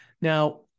Now